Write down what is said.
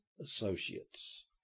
associates